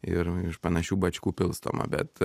ir iš panašių bačkų pilstoma bet